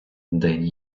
день